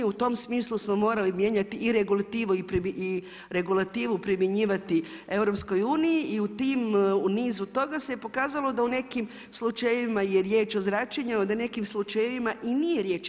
U tom smislu smo morali mijenjati i regulativu i regulativu primjenjivati EU i u nizu toga se pokazalo da u nekim slučajevima je riječ o zračenjima, da u nekim slučajevima i nije riječ.